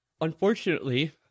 unfortunately